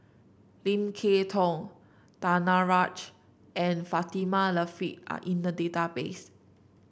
Lim Kay Tong Danaraj and Fatimah Lateef are in the database